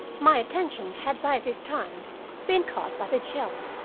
my attention had by this time been caught by the jelly,